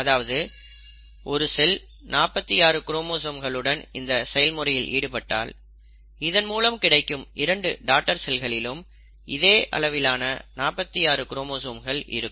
அதாவது ஒரு செல் 46 குரோமோசோம்களுடன் இந்த செயல்முறையில் ஈடுபட்டால் இதன் மூலம் கிடைக்கும் இரண்டு டாடர் செல்களிலும் இதே அளவிலான 46 குரோமோசோம்கள் இருக்கும்